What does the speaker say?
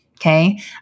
Okay